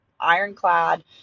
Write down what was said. ironclad